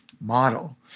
model